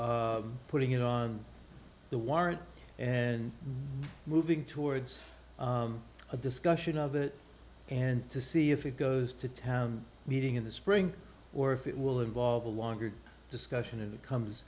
to putting it on the warrant and moving towards a discussion of it and to see if it goes to town meeting in the spring or if it will involve a longer discussion